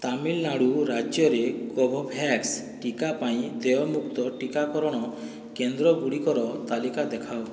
ତାମିଲନାଡ଼ୁ ରାଜ୍ୟରେ କୋଭୋଭ୍ୟାକ୍ସ ଟିକା ପାଇଁ ଦେୟମୁକ୍ତ ଟିକାକରଣ କେନ୍ଦ୍ରଗୁଡ଼ିକର ତାଲିକା ଦେଖାଅ